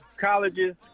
colleges